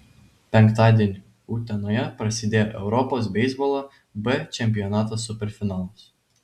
penktadienį utenoje prasidėjo europos beisbolo b čempionato superfinalas